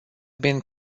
been